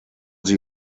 sie